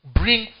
bring